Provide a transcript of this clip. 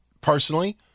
personally